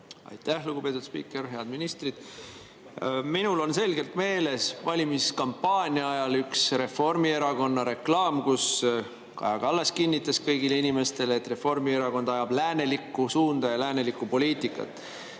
Aitäh, lugupeetud spiiker! Head ministrid! Minul on selgelt meeles valimiskampaania ajast üks Reformierakonna reklaam, kus Kaja Kallas kinnitas kõigile inimestele, et Reformierakond [hindab] läänelikku suunda ja ajab läänelikku poliitikat.